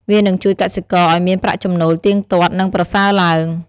វានឹងជួយកសិករឲ្យមានប្រាក់ចំណូលទៀងទាត់និងប្រសើរឡើង។